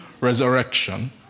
resurrection